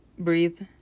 Breathe